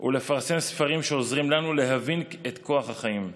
ולפרסם ספרים שעוזרים לנו להבין את כוח החיים.